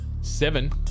seven